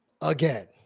Again